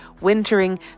Wintering